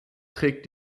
trägt